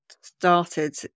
started